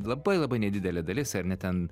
labai labai nedidelė dalis ar ne ten